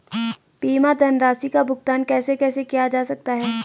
बीमा धनराशि का भुगतान कैसे कैसे किया जा सकता है?